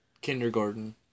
kindergarten